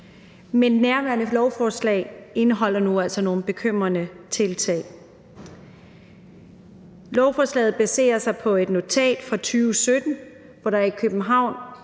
Men nærværende lovforslag indeholder nu altså nogle bekymrende tiltag. Lovforslaget baserer sig på et notat fra 2017, hvor der i København